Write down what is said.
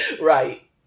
Right